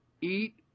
Eat